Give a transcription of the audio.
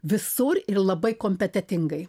visur ir labai kompetentingai